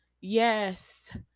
Yes